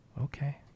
Okay